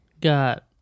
Got